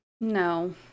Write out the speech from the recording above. No